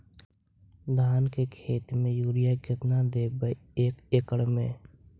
धान के खेत में युरिया केतना देबै एक एकड़ में?